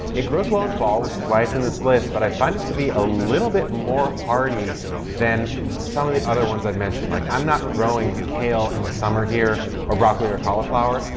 it grows well in fall, which is why it's in this list. but i find it to be a little bit more hardy than some of the other ones i've mentioned. like i'm not growing kale in the summer here or broccoli or cauliflower,